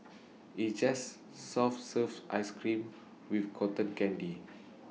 it's just soft serve Ice Cream with Cotton Candy